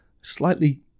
slightly